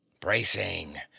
Bracing